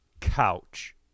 couch